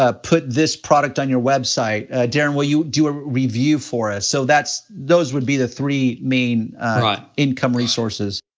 ah put this product on your website? darren, will you do a review for us? so that's, those would be the three main income resources.